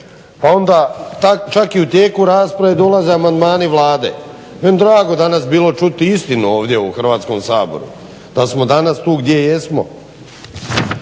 pa onda čak i u tijeku rasprave dolaze amandmani Vlade. Meni drago danas bilo čuti istinu ovdje u Hrvatskom saboru, da smo danas tu gdje jesmo.